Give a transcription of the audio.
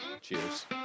cheers